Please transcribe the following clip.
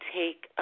take